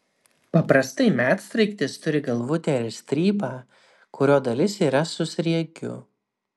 paprastai medsraigtis turi galvutę ir strypą kurio dalis yra su sriegiu